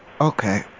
Okay